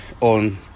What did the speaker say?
on